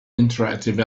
interactive